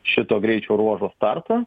šito greičio ruožo startą